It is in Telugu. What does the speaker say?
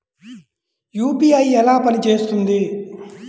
యూ.పీ.ఐ ఎలా పనిచేస్తుంది?